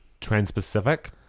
trans-Pacific